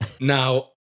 Now